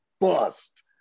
bust